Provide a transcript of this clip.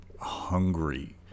hungry